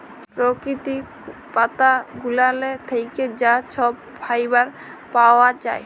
পরকিতির পাতা গুলালের থ্যাইকে যা ছব ফাইবার পাউয়া যায়